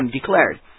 declared